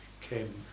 came